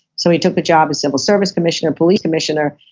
so he took a job as civil service commissioner, police commissioner,